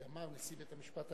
כי אמר נשיא בית-המשפט העליון,